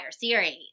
series